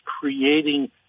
creating